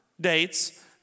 dates